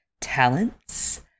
talents